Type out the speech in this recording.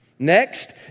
Next